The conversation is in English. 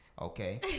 Okay